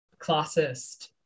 classist